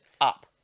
up